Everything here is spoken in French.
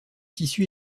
tissus